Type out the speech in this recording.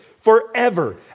forever